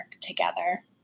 together